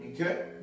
okay